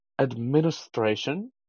administration